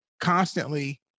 constantly